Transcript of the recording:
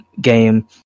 game